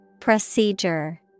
Procedure